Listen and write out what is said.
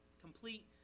complete